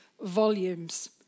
volumes